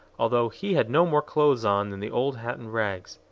although he had no more clothes on than the old hat and rags.